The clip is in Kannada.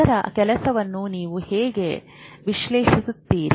ಅದರ ಕೆಲಸವನ್ನು ನೀವು ಹೇಗೆ ವಿಶ್ಲೇಷಿಸುತ್ತೀರಿ